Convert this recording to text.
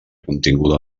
continguda